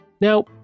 Now